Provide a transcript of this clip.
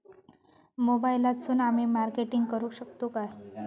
मोबाईलातसून आमी मार्केटिंग करूक शकतू काय?